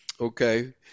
Okay